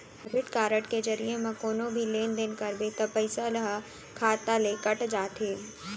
debit card के जरिये म कोनो भी लेन देन करबे त पइसा ह खाता ले कट जाथे